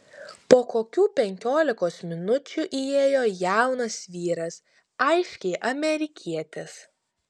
po kokių penkiolikos minučių įėjo jaunas vyras aiškiai amerikietis